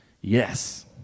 Yes